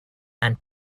and